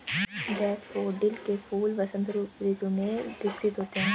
daffodil के फूल वसंत ऋतु में विकसित होते हैं